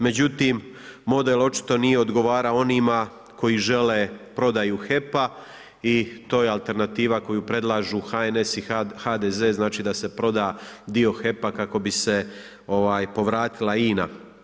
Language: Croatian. Međutim, model očito nije odgovarao onima koji žele prodaju HEP-a i to je alternativa koju predlaže NHS i HDZ, znači da se proda dio HEP-a kako bi se povratila INA.